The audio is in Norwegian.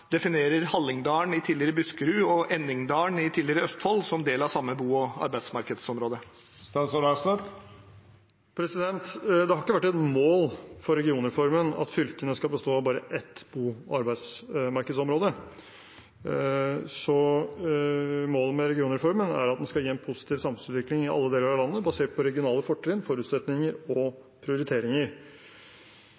vært et mål for regionreformen at fylkene skal bestå av bare ett bo- og arbeidsmarkedsområde. Målet med regionreformen er at den skal gi en positiv samfunnsutvikling i alle deler av landet basert på regionale fortrinn, forutsetninger og